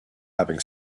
having